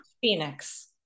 Phoenix